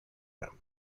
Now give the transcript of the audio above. him